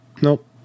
Nope